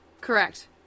Correct